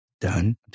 done